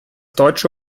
deutsche